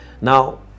Now